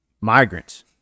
migrants